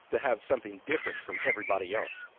to have something different from everybody else.